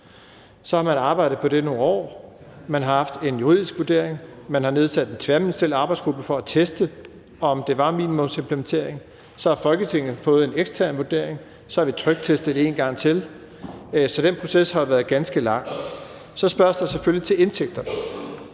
Så har man arbejdet på det i nogle år. Man har haft en juridisk vurdering, man har nedsat en tværministeriel arbejdsgruppe for at teste, om det var minimumsimplementering, og så har Folketinget fået en ekstern vurdering, og så har vi tryktestet det en gang til. Så den proces har været ganske lang. Så spørges der selvfølgelig til indtægter.